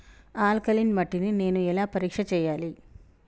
Alkaline మట్టి ని నేను ఎలా పరీక్ష చేయాలి?